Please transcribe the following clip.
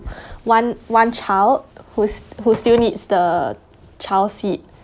one one child who's who still needs the child seat